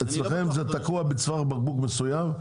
אצלכם זה תקוע בצורת בקבוק מסוים,